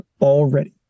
already